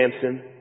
Samson